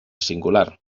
singular